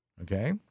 okay